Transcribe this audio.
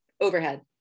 overhead